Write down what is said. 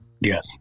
Yes